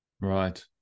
Right